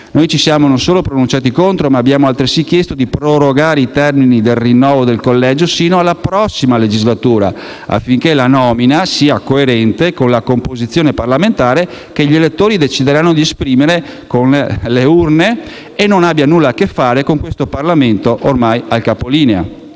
Noi ci siamo non solo pronunciati contro, ma abbiamo altresì chiesto di prorogare i termini del rinnovo del collegio sino alla prossima legislatura, affinché la nomina sia coerente con la composizione parlamentare che gli elettori decideranno di esprimere con le urne e non abbia nulla a che fare con questo Parlamento ormai al capolinea.